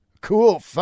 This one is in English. cool